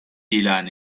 ilan